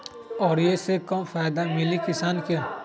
और ये से का फायदा मिली किसान के?